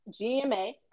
GMA